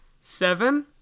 Seven